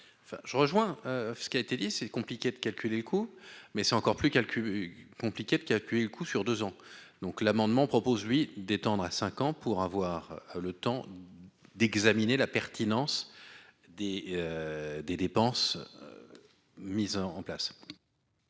je rejoins ce qui a été dit, c'est compliqué de calculer le coût mais c'est encore plus calculs compliqués qui appuie le coup sur deux ans donc l'amendement propose lui d'étendre à 5 ans pour avoir le temps d'examiner la pertinence des des dépenses mise en en place.